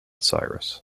cyrus